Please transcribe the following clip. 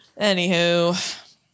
anywho